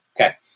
Okay